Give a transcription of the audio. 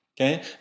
okay